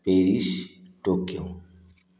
Paris Tokyo